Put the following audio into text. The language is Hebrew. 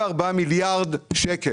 74 מיליארד שקל.